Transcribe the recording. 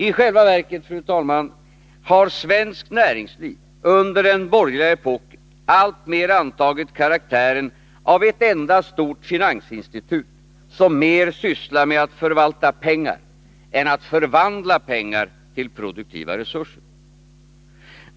I själva verket, fru talman, har svenskt näringsliv under den borgerliga epoken alltmer antagit karaktären av ett enda stort finansinstitut, som mer sysslar med att förvalta pengar än att förvandla pengar till produktiva resurser.